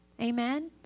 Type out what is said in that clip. Amen